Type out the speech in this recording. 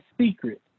secret